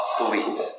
obsolete